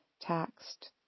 taxed